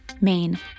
Maine